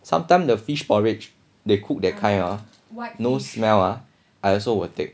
sometime the fish porridge they cook that kind ah no smell I also will take